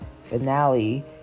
finale